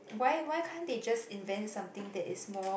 why why can't they just invent something that is more